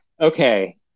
Okay